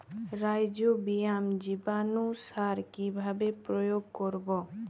Rhizobium জীবানুসার কিভাবে প্রয়োগ করব?